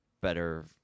better